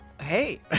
Hey